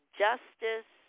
justice